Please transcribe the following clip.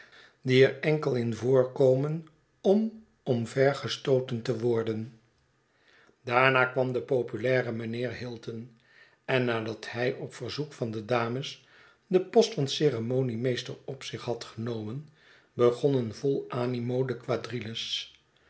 die er enkel in voorkomen om omvergestooten te worden daarna kwam de populaire meneer hilton en nadat hij op verzoek van de dames den post van ceremoniemeester op zich had genomen begonnen vol animo de quadrilles